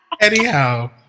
anyhow